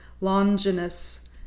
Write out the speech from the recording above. Longinus